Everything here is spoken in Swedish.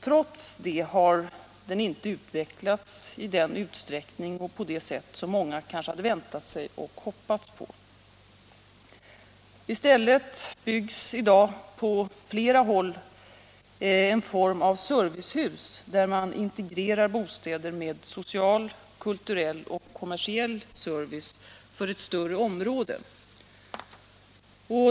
Trots detta har den inte utvecklats i den utsträckning och på det sätt som många kanske hade väntat sig och hoppats på. I stället byggs i dag på flera håll en form av servicehus, där man integrerar bostäder med social, kulturell och kommersiell service för ett större område.